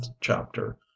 chapter